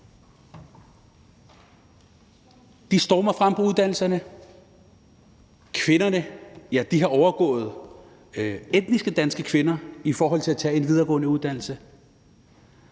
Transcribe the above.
De stormer frem på uddannelserne; kvinderne har overgået etnisk danske kvinder i forhold til at tage en videregående uddannelse;